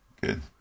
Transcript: good